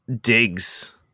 digs